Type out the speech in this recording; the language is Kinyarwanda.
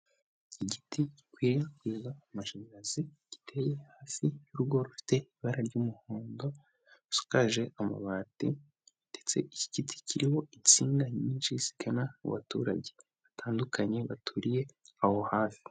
Igiti gikwirakwiza amashanyarazi giteye hasi y'urugo rufite ibara ry'umuhondo, rusakaje amabati ndetse iki giti kirimo insinga nyinshi zigana ku abaturage batandukanye baturiye aho hafi.